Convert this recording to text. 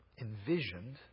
envisioned